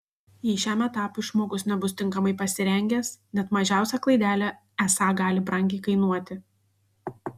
jei šiam etapui žmogus nebus tinkamai pasirengęs net mažiausia klaidelė esą gali brangiai kainuoti